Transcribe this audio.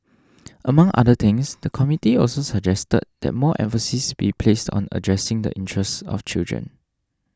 among other things the committee also suggested that more emphasis be placed on addressing the interests of children